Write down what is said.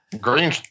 Green